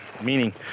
meaning